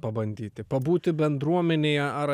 pabandyti pabūti bendruomenėje ar